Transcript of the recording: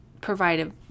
provide